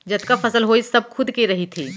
जतका फसल होइस सब खुद के रहिथे